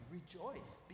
rejoice